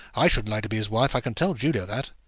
i shouldn't like to be his wife i can tell julia that.